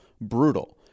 brutal